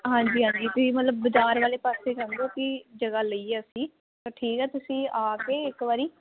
ਹਾਂਜੀ ਹਾਂਜੀ ਤੁਸੀਂ ਮਤਲਬ ਬਾਜ਼ਾਰ ਵਾਲੇ ਪਾਸੇ ਜਾਂਦੇ ਹੋ ਕਿ ਜਗ੍ਹਾ ਲਈ ਹੈ ਅਸੀਂ ਤਾਂ ਠੀਕ ਹੈ ਤੁਸੀਂ ਆ ਕੇ ਇੱਕ ਵਾਰੀ